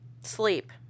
Sleep